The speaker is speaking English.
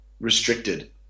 restricted